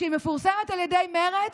כשהיא מפורסמת על ידי מרצ,